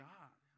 God